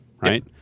right